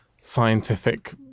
scientific